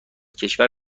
کشور